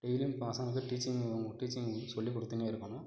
டெய்லியும் பசங்க வந்து டீச்சிங் அவங்களுக்கு டீச்சிங் வந்து சொல்லிக் கொடுத்துன்னே இருக்கணும்